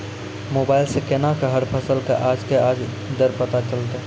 Mobile सऽ केना कऽ हर फसल कऽ आज के आज दर पता चलतै?